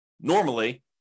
normally